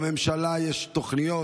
לממשלה יש תוכניות,